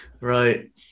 Right